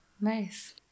Nice